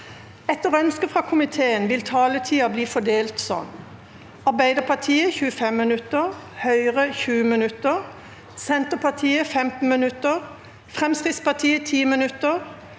forsvarskomiteen vil taletida bli fordelt slik: Arbeiderpartiet 25 minutter, Høyre 20 minutter, Senterpartiet 15 minutter, Fremskrittspartiet 10 minutter,